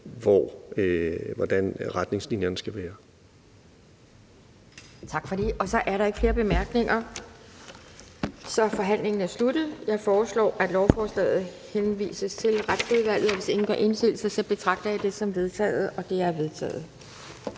næstformand (Pia Kjærsgaard): Tak for det. Der er ikke flere korte bemærkninger, så forhandlingen er sluttet. Jeg foreslår, at lovforslaget henvises til Retsudvalget, og hvis ingen gør indsigelse, betragter jeg dette som vedtaget. Det er vedtaget.